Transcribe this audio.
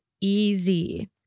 easy